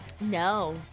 No